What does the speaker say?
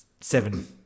Seven